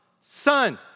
Son